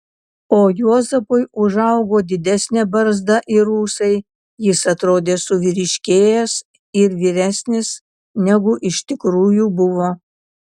o juozapui užaugo didesnė barzda ir ūsai jis atrodė suvyriškėjęs ir vyresnis negu iš tikrųjų buvo